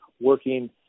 working